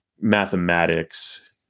mathematics